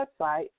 website